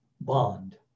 Bond